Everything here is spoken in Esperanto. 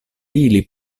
ili